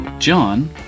John